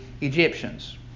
Egyptians